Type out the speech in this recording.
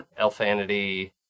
elfanity